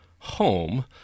home